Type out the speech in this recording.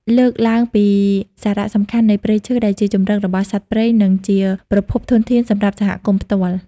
លើកឡើងពីសារៈសំខាន់នៃព្រៃឈើដែលជាជម្រករបស់សត្វព្រៃ និងជាប្រភពធនធានសម្រាប់សហគមន៍ផ្ទាល់។